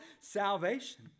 salvation